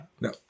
no